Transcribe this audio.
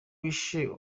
wishe